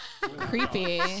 Creepy